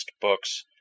Books